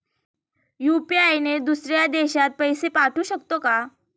UPI ने दुसऱ्या देशात पैसे पाठवू शकतो का?